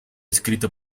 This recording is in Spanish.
escrito